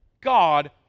God